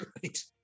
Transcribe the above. great